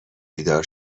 بیدار